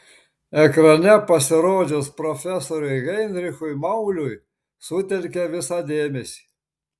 ekrane pasirodžius profesoriui heinrichui mauliui sutelkė visą dėmesį